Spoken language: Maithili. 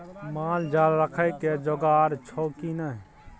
माल जाल राखय के जोगाड़ छौ की नै